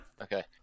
Okay